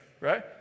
right